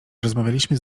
rozmawialiśmy